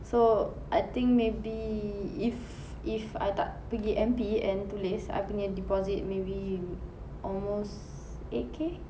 so I think maybe if if I tak pergi M_P and tulis I punya deposit maybe almost eight K